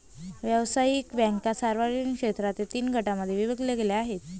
व्यावसायिक बँका सार्वजनिक क्षेत्रातील तीन गटांमध्ये विभागल्या गेल्या आहेत